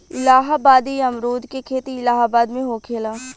इलाहाबादी अमरुद के खेती इलाहाबाद में होखेला